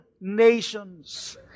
nations